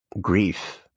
grief